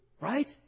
right